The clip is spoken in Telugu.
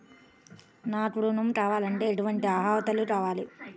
నాకు ఋణం కావాలంటే ఏటువంటి అర్హతలు కావాలి?